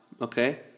okay